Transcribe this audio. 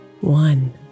One